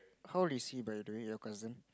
how they see it by doing your cousin